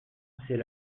c’est